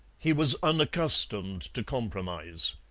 he was unaccustomed to compromise.